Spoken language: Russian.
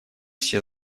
все